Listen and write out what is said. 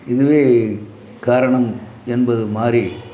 இதுவே காரணம் என்பது மாதிரி